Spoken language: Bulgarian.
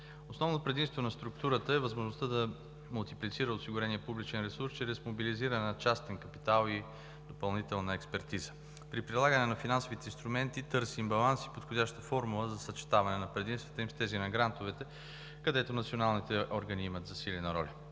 Основно предимство на структурата е възможността да мултиплицира осигурения публичен ресурс чрез мобилизиране на частен капитал и допълнителна експертиза. При прилагане на финансовите инструменти търсим баланс и подходяща формула за съчетаване на предимствата им с тези на грантовете, където националните органи имат засилена роля.